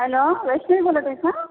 hello Rashmi बोलत आहे का